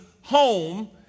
home